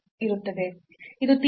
ಅದು theta h ಆಗಿತ್ತು